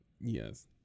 Yes